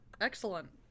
Excellent